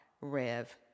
Rev